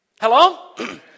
Hello